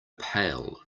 pail